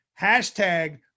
Hashtag